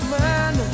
man